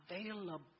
available